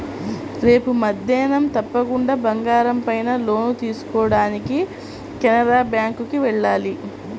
రేపు మద్దేన్నం తప్పకుండా బంగారం పైన లోన్ తీసుకోడానికి కెనరా బ్యేంకుకి వెళ్ళాలి